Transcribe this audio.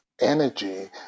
energy